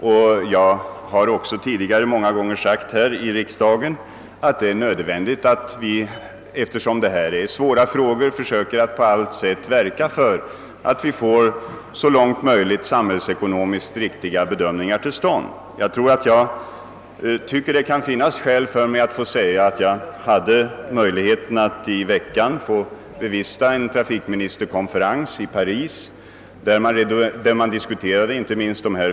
Tidigare har jag också många gånger framhållit här i riksdagen att det är nödvändigt att vi, eftersom det gäller svåra frågor, på allt sätt söker verka för att det i största möjliga utsträckning görs samhällsekonomiskt sett riktiga bedömningar. Jag vill nämna att jag under denna vecka har haft tillfälle att bevista en trafikministerkonferens i Paris, där inte minst dessa.